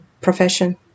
profession